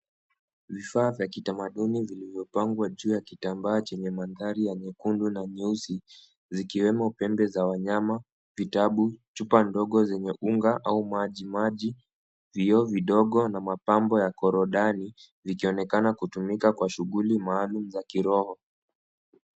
Vifaa vya kutamaduni vilivyopangwa juu ya kitambaa chenye mandhari ya nyekundu na nyeusi zikiwemo pembe za wanyama, vitabu, chupa ndogo zenye unga au maji maji, vioo vidogo na mapambo ya korodani vikionekana kutumika kwa shughuli maalum za kiroho.